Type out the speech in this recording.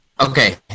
Okay